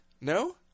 no